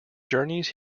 journeys